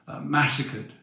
massacred